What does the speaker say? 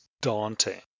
daunting